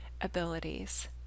abilities